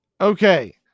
Okay